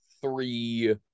three